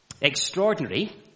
Extraordinary